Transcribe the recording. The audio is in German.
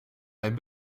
ein